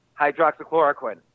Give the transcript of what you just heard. hydroxychloroquine